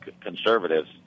conservatives